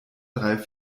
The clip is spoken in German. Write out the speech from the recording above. drei